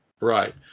Right